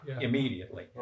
immediately